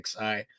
XI